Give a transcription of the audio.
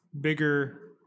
bigger